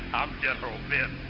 general minh